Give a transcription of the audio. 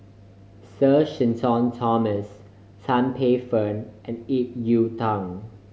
Sir Shenton Thomas Tan Paey Fern and Ip Yiu Tung